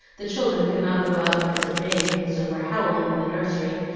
the children could not go out because it rained, and so were howling in the nursery,